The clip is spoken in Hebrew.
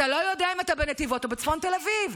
אתה לא יודע אם אתה בנתיבות או בצפון תל אביב.